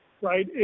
right